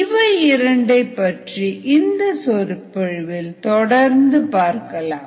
இவை இரண்டைப் பற்றி இந்த சொற்பொழிவில் தொடர்ந்து பார்க்கலாம்